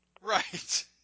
Right